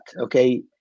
okay